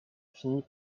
finit